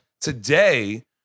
today